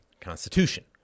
Constitution